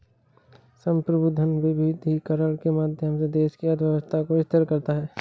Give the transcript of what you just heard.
संप्रभु धन विविधीकरण के माध्यम से देश की अर्थव्यवस्था को स्थिर करता है